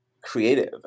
creative